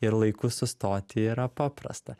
ir laiku sustoti yra paprasta